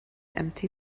empty